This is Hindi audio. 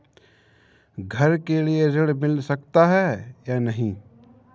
घर के लिए ऋण मिल सकता है या नहीं?